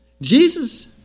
Jesus